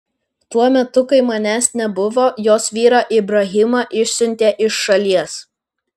tuo metu kai manęs nebuvo jos vyrą ibrahimą išsiuntė iš šalies